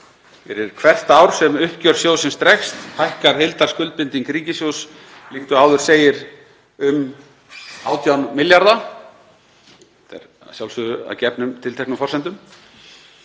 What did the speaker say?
Fyrir hvert ár sem uppgjör sjóðsins dregst hækkar heildarskuldbinding ríkissjóðs, líkt og áður segir, um 18 milljarða. Þetta er að sjálfsögðu að gefnum tilteknum forsendum.